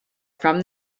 from